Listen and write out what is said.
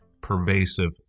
pervasive